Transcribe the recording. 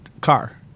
car